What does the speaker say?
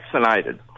vaccinated